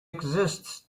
exists